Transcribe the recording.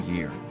Year